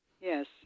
yes